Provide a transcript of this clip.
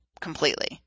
completely